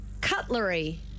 Cutlery